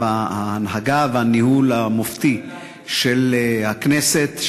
על ההנהגה והניהול המופתיים של הכנסת,